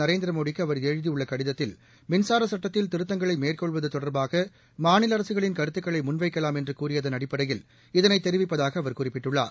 நரேந்திரமோடிக்கு அவர் எழுதியுள்ள கடிதத்தில் மின்சார சட்டத்தில் திருத்தங்களை மேற்கொள்வது தொடர்பாக மாநில அரசுகளின் கருத்துக்களை முன் வைக்கலாம் என்று கூறியதன் அடிப்படையில் இதனை தெரிவிப்பதாக அவர் குறிப்பிட்டுள்ளார்